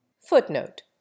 Footnote